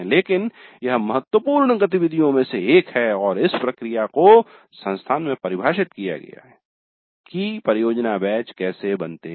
लेकिन यह महत्वपूर्ण गतिविधियों में से एक है और इस प्रक्रिया को संस्थान में परिभाषित किया गया है कि परियोजना बैच कैसे बनते हैं